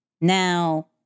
now